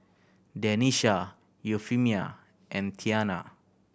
Denisha Euphemia and Tianna